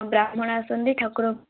ଆଉ ବ୍ରାହ୍ମଣ ଆସନ୍ତି ଠାକୁରଙ୍କ